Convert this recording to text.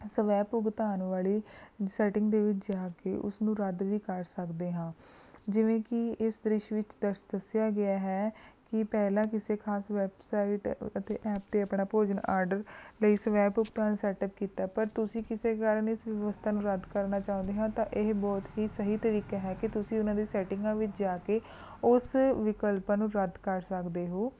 ਸਵੈ ਭੁਗਤਾਨ ਵਾਲੀ ਸੈਟਿੰਗ ਦੇ ਵਿੱਚ ਜਾ ਕੇ ਉਸ ਨੂੰ ਰੱਦ ਵੀ ਕਰ ਸਕਦੇ ਹਾਂ ਜਿਵੇਂ ਕਿ ਇਸ ਦ੍ਰਿਸ਼ ਵਿੱਚ ਦੱਸ ਦੱਸਿਆ ਗਿਆ ਹੈ ਕਿ ਪਹਿਲਾ ਕਿਸੇ ਖ਼ਾਸ ਵੈੱਬਸਾਈਟ ਅਤੇ ਐਪ 'ਤੇ ਆਪਣਾ ਭੋਜਨ ਆਰਡਰ ਲਈ ਸਵੈ ਭੁਗਤਾਨ ਸੈੱਟਅੱਪ ਕੀਤਾ ਪਰ ਤੁਸੀਂ ਕਿਸੇ ਕਾਰਨ ਇਸ ਵਿਵਸਥਾ ਨੂੰ ਰੱਦ ਕਰਨਾ ਚਾਹੁੰਦੇ ਹਾਂ ਤਾਂ ਇਹ ਬਹੁਤ ਹੀ ਸਹੀ ਤਰੀਕਾ ਹੈ ਕਿ ਤੁਸੀਂ ਉਨ੍ਹਾਂ ਦੀ ਸੈਟਿੰਗ ਵਿੱਚ ਜਾ ਕੇ ਉਸ ਵਿਕਲਪ ਨੂੰ ਰੱਦ ਕਰ ਸਕਦੇ ਹੋ